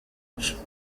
tubifitemo